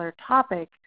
topic